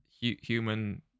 human